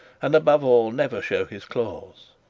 and above all never show his claws.